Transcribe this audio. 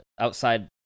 outside